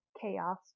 chaos